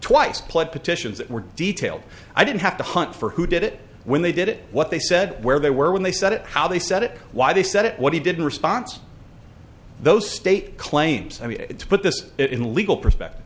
twice pled petitions that were detailed i didn't have to hunt for who did it when they did it what they said where they were when they said it how they said it why they said it what he did in response those state claims to put this in legal perspective